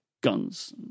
Guns